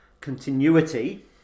continuity